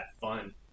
fun